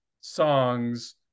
songs